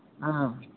ꯑꯥ